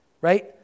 right